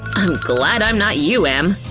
i'm glad i'm not you, em!